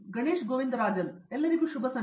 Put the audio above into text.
ಗಣೇಶ್ ಗೋವಿಂದರಾಜನ್ ಎಲ್ಲರಿಗೆ ಶುಭ ಸಂಜೆ